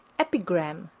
epigram,